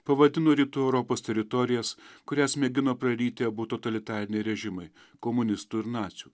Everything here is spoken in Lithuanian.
pavadino rytų europos teritorijas kurias mėgino praryti abu totalitariniai režimai komunistų ir nacių